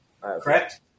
correct